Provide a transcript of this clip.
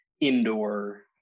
indoor